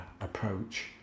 approach